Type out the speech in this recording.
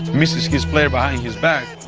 misses his player behind his back,